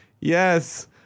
yes